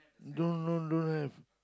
don't don't don't have